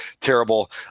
terrible